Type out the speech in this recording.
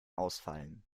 ausfallen